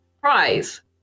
prize